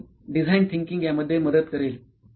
म्हणून design thinking यामध्ये मदत करेल